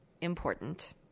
important